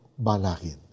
balagin